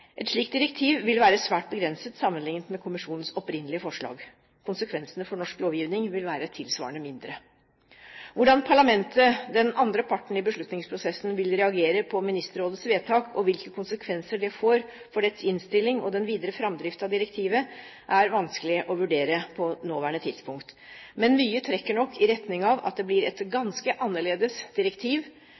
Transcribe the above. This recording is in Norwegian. Et slikt direktiv vil være svært begrenset sammenlignet med kommisjonens opprinnelige forslag. Konsekvensene for norsk lovgivning vil være tilsvarende mindre. Hvordan parlamentet – den andre parten i beslutningsprosessen – vil reagere på Ministerrådets vedtak, og hvilke konsekvenser det får for dets innstilling og den videre framdriften av direktivet, er vanskelig å vurdere på det nåværende tidspunkt. Men mye trekker nok i retning av at det blir et ganske annerledes direktiv,